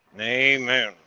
Amen